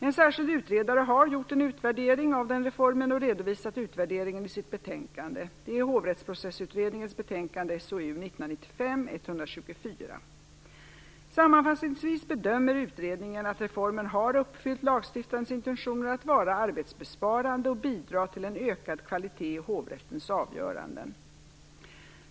En särskild utredare har gjort en utvärdering av den reformen och redovisat utvärderingen i sitt betänkande, 1995:124). Sammanfattningsvis bedömer utredningen att reformen har uppfyllt lagstiftarens intentioner att vara arbetsbesparande och att bidra till en ökad kvalitet i hovrättens avgöranden.